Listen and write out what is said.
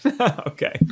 Okay